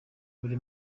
buri